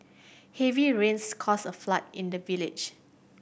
heavy rains caused a flood in the village